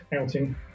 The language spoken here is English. outing